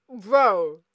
bro